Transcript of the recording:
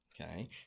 Okay